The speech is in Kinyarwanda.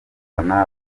bafana